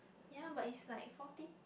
ya but it's like forty